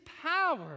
power